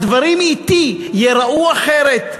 הדברים אתי ייראו אחרת.